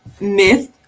myth